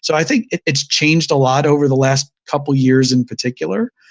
so i think it's changed a lot over the last couple years in particular.